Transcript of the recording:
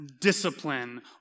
discipline